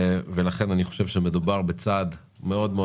ולכן אני חושב שמדובר בצעד מאוד מאוד